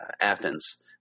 Athens